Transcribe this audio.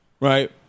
Right